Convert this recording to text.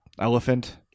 elephant